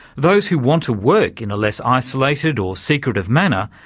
those who want to work in a less isolated or secretive manner,